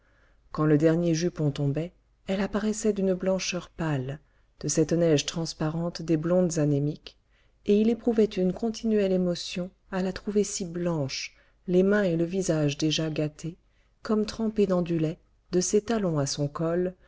quand le dernier jupon tombait elle apparaissait d'une blancheur pâle de cette neige transparente des blondes anémiques et il éprouvait une continuelle émotion à la trouver si blanche les mains et le visage déjà gâtés comme trempée dans du lait de ses talons à son col